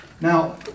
Now